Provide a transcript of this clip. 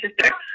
sister